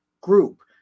group